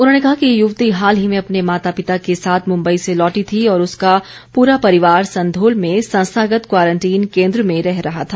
उन्होंने कहा कि ये यूवति हाल ही में अपने माता पिता के साथ मुंबई से लौटी थी और उसका पूरा परिवार संघोल में संस्थागत क्वारंटीन केंद्र में रह रहा था